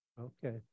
Okay